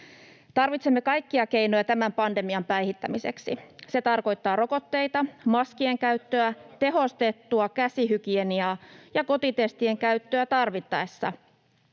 Tarvitsemme kaikkia keinoja tämän pandemian päihittämiseksi. [Mauri Peltokangas: Kyllä!] Se tarkoittaa rokotteita, maskien käyttöä, tehostettua käsihygieniaa ja kotitestien käyttöä tarvittaessa